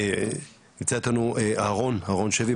נמצא איתנו אהרון שבי,